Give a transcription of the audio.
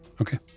Okay